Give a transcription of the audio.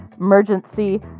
emergency